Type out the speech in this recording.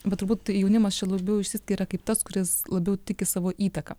va turbūt jaunimas čia labiau išsiskiria kaip tas kuris labiau tiki savo įtaka